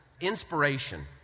Inspiration